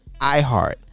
iHeart